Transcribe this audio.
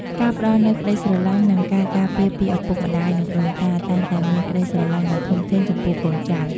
ការផ្តល់នូវក្តីស្រឡាញ់ និងការការពារពីឪពុកម្តាយ និងដូនតា តែងតែមានក្តីស្រឡាញ់ដ៏ធំធេងចំពោះកូនចៅ។